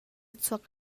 chuak